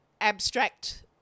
abstract